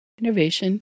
innovation